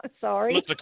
sorry